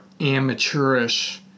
amateurish